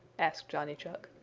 asked johnny chuck.